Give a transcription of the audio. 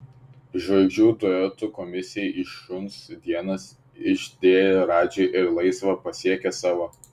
žvaigždžių duetų komisiją į šuns dienas išdėję radži ir laisva pasiekė savo